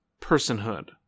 personhood